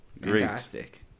fantastic